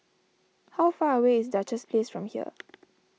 how far away is Duchess Place from here